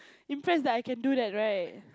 impressed that I can do that right